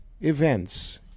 events